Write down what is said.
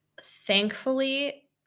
thankfully